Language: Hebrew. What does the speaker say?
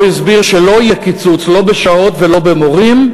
הוא הסביר שלא יהיה קיצוץ, לא בשעות ולא במורים,